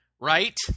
Right